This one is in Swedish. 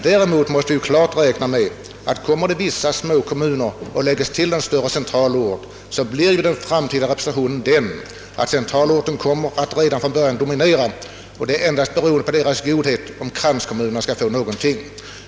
Däremot måste vi klart räkna med att om vissa småkommuner läggs till en större central ort, blir den framtida representationen sådan att centralorten kommer att dominera redan från början. Det blir endast beroende på dess godhet om kranskommunerna skall få någonting.